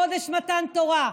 חודש מתן תורה.